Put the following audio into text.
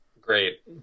Great